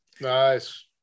Nice